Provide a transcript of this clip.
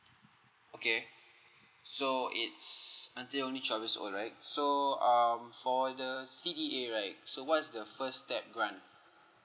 okay so it's until only twelve years old right so um for the C_D_A right so what is the first step grantt